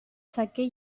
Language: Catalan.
sequer